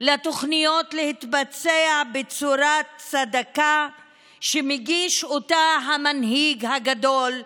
לתוכניות להתבצע בצורת צדקה שמגיש המנהיג הגדול לעם,